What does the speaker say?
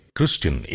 Christian